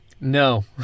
No